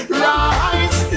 rise